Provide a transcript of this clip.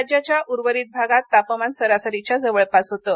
राज्याघ्या उर्वरित भागात तापमान सरासरीच्या जवळपास होतं